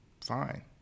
Fine